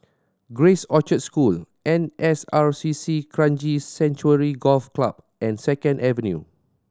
Grace Orchard School N S R C C Kranji Sanctuary Golf Club and Second Avenue